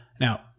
Now